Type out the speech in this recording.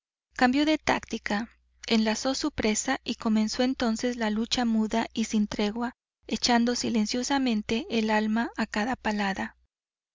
cambió de táctica enlazó su presa y comenzó entonces la lucha muda y sin tregua echando silenciosamente el alma a cada palada